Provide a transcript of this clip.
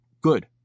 Good